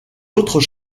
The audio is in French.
autres